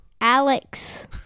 Alex